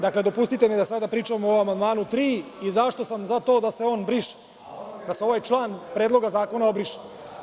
Dopustite mi da sada pričam o amandmanu 3. i zašto sam za to da se on briše, da se ovaj član Predloga zakona obriše.